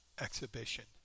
exhibition